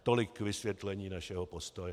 Tolik vysvětlení našeho postoje.